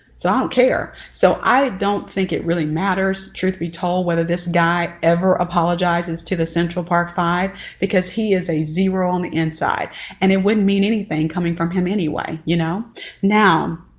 so i don't care so i don't think it really matters truth be told whether this guy ever apologizes to the central park five because he is a zero on the inside and it wouldn't mean anything coming from him anyway, you know now